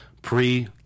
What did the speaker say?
Pre